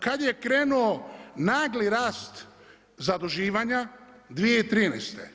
Kad je krenuo nagli rast zaduživanja 2013.